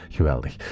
Geweldig